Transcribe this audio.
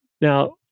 Now